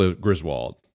Griswold